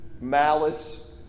malice